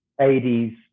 80s